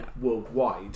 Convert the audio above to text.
worldwide